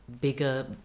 bigger